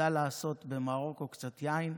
במרוקו ידע לעשות קצת יין,